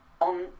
on